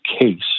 case